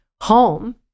home